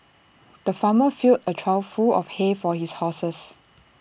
the farmer filled A trough full of hay for his horses